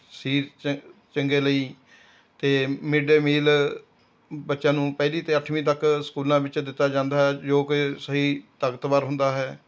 ਸਰੀਰ 'ਚ ਚੰਗੇ ਲਈ ਅਤੇ ਮਿਡ ਡੇ ਮੀਲ ਬੱਚਿਆਂ ਨੂੰ ਪਹਿਲੀ ਅਤੇ ਅੱਠਵੀਂ ਤੱਕ ਸਕੂਲਾਂ ਵਿੱਚ ਦਿੱਤਾ ਜਾਂਦਾ ਹੈ ਜੋ ਕਿ ਸਰੀਰ ਤਾਕਤਵਰ ਹੁੰਦਾ ਹੈ